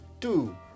Two